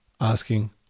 asking